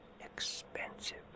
expensive